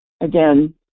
again